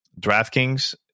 DraftKings